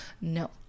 No